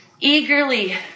eagerly